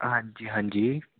ਹਾਂਜੀ ਹਾਂਜੀ